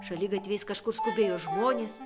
šaligatviais kažkur skubėjo žmonės